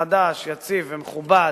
חדש, יציב ומכובד,